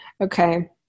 Okay